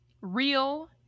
real